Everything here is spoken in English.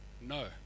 no